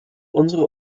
unsere